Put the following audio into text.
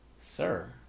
Sir